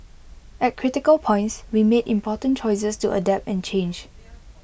at critical points we made important choices to adapt and change